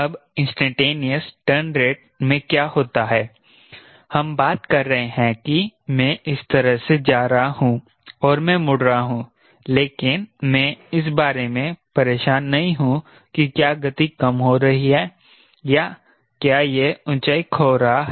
अब instantaneous turn rate में क्या होता है हम बात कर रहे हैं कि मैं इस तरह से जा रहा हूं और मैं मुड़ रहा हूं लेकिन मैं इस बारे में परेशान नहीं हूं कि क्या गति कम हो रही है या क्या यह ऊंचाई खो रहा है